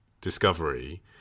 discovery